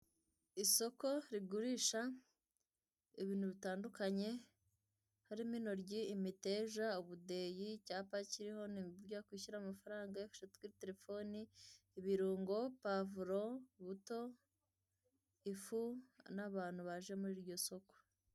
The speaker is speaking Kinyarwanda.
Isoko rigurisha ibintu bitandukanye harimo intoryi, imiteja, ubudeyi, icyapa kiriho uburyo wakwishyura amafaranga wabishatse kuri terefone ibirungo, pawavuro, buto, ifu n'abantu baje muri iryo soko.